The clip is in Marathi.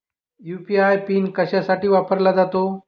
यू.पी.आय पिन कशासाठी वापरला जातो?